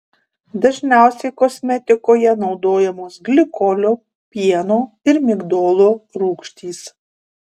dažniausiai kosmetikoje naudojamos glikolio pieno ir migdolų rūgštys